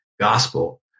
gospel